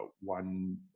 one